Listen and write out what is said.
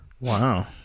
wow